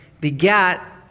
begat